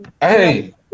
Hey